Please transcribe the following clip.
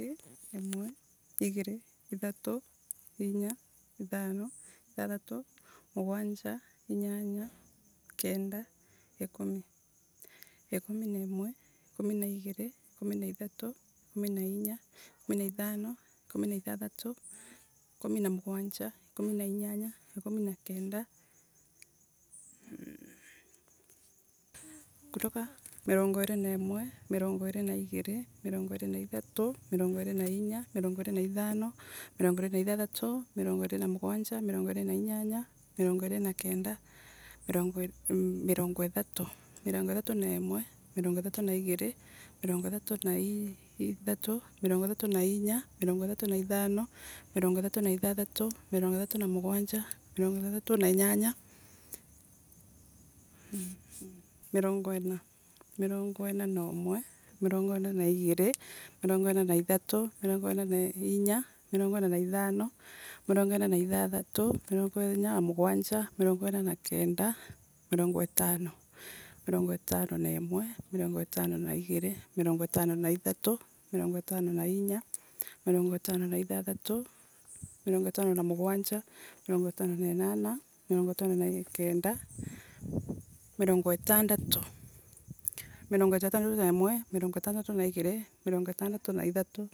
Imwe, igiri, ithathu, inya, ithano, ithathatu, mugwanja. inyanya, kenda, ikumi, ikumi na imwe, ikumi na igiri, ikumi na ithatu, ikumi na inya, ikumi na ithano, ikumi na ithathatu, ikumi na mugwanja, ikumi na inyanya, ikumi na kenda, mirongo iiri, mironga jiri na imwe. mirongo jiri na igiri, mirongo jiri na ithatu, mirongo jiri na inya, mirongo jiri na mugwanja, mirongo jiri na ithano, mirongo jiri na ithatu, mirongo jiri na mugwanja, mirongo jiri na inyanya, mirongo jiri na kenda, mirongo ithatu. mirongo ithatu na imwe, mirongo ithatu na na igiri, mirongo ithatu na ithatu, mirongo ithatuna mugwanja, mirongo ithatu na kenda, mirongo ina, mirongo ina na imwe, mirongo ina na igiri, mirongo ina na ithatu, mirongo ina na inya, mirongo ina na ithano, mirongo ina na ithatu, mirongo ina na mugwanja, mirongo ina na inyanya, mirongo ina na kenda, mirongo ithano, mirongo ithano na imwe, mirongo itano na igiri, mirongo itano na ithatu, mirongo itano na inya, mirongo ithano na ithano, mirongo itano na ithatu, mirongo itano na mugwanja, mirongo itano na inyanya, mirongo itano na kenda, mirongo itandetu, mirongo tandetu na imwe, mirongo itanathu na igiri, mirongo itandatu na ithatu.